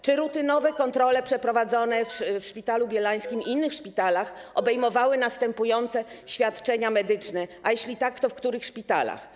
Czy rutynowe kontrole przeprowadzone w Szpitalu Bielańskim i innych szpitalach obejmowały wymienione świadczenia medyczne, a jeśli tak, to w których szpitalach?